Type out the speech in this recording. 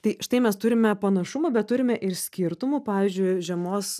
tai štai mes turime panašumą bet turime ir skirtumų pavyzdžiui žemos